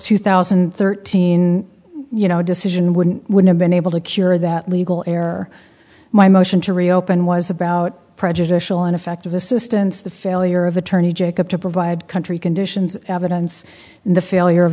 two thousand and thirteen you know decision would would have been able to cure that legal air my motion to reopen was about prejudicial ineffective assistance the failure of attorney jacob to provide country conditions evidence and the failure of